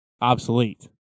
Obsolete